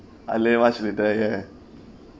with